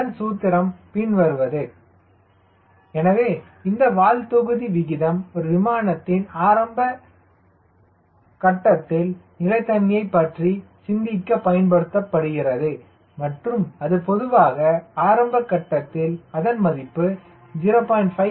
அதன் சூத்திரம் பின் வருவது VHStSWltc எனவே இந்த வால் தொகுதி விகிதம் ஒரு விமானத்தின் ஆரம்ப ஒருகட்டத்தில் நிலைத்தன்மையை பற்றி சிந்திக்க பயன்படுத்தப்படுகிறது மற்றும் அது பொதுவாக ஆரம்பகட்டத்தில் அதன் மதிப்பு 0